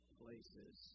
places